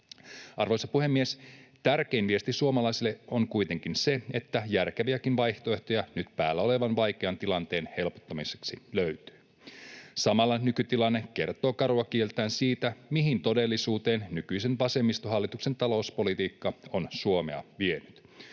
Arvoisa puhemies! Tärkein viesti suomalaisille on kuitenkin se, että järkeviäkin vaihtoehtoja nyt päällä olevan vaikean tilanteen helpottamiseksi löytyy. Samalla nykytilanne kertoo karua kieltään siitä, mihin todellisuuteen nykyisen vasemmistohallituksen talouspolitiikka on Suomea vienyt.